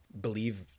believe